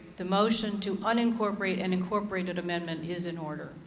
the motion to unincorporate an incorporated amendment is in order.